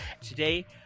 Today